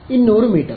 200 metre